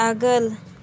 आगोल